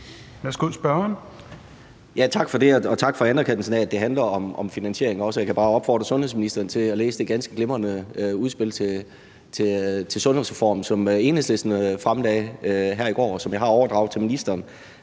Peder Hvelplund (EL): Tak for det, og tak for anerkendelsen af, at det også handler om finansieringen, og jeg kan bare opfordre sundhedsministeren til at læse det ganske glimrende udspil til en sundhedsreform, som Enhedslisten fremlagde her i går, og som jeg har overdraget til ministeren.